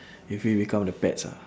if we become the pets ah